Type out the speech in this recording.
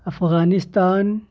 Afghanistan